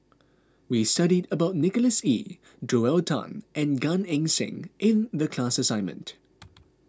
we studied about Nicholas Ee Joel Tan and Gan Eng Seng in the class assignment